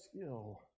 skill